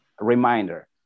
reminder